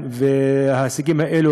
וההישגים האלה,